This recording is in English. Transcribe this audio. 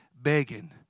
begging